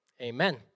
amen